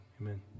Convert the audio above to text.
amen